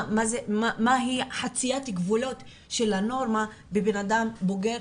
מהי חציית גבולות של נורמה, של אדם בוגר